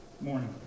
morning